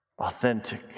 authentic